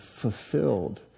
fulfilled